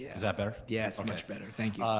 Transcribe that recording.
is that better? yeah it's much better, thank